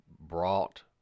brought